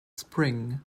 spring